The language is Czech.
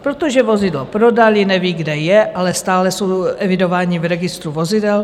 Protože vozidlo prodali, nevědí, kde je, ale stále jsou evidováni v registru vozidel.